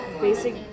basic